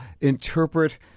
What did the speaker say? interpret